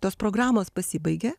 tos programos pasibaigė